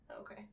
Okay